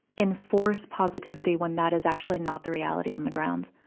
enforce positivity when that is actually not the reality on the ground.